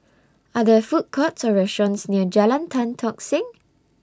Are There Food Courts Or restaurants near Jalan Tan Tock Seng